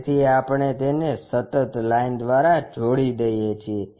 તેથી આપણે તેને સતત લાઇન દ્વારા જોડી દઇએ છીએ